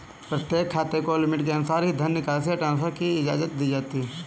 प्रत्येक खाते को लिमिट के अनुसार ही धन निकासी या ट्रांसफर की इजाजत दी जाती है